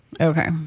Okay